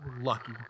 lucky